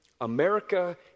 America